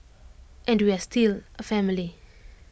and we are still A family